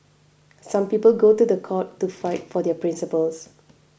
some people go to the court to fight for their principles